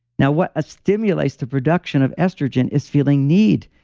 now, what stimulates the production of estrogen is feeling need.